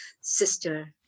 sister